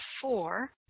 four